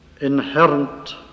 inherent